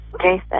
Jason